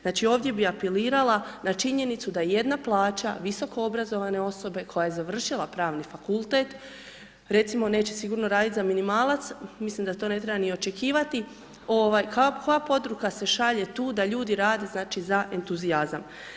Znači, ovdje bi apelirala na činjenicu da jedna plaća visokoobrazovane osobe koja je završila Pravni fakultet, recimo, neće sigurno raditi za minimalac, mislim da to ne treba ni očekivati, ovaj koja poruka se šalje tu da ljudi rade, znači, za entuzijazam.